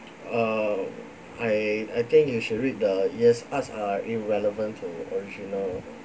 err I I think you should read the yes arts are irrelevant to the original